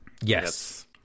Yes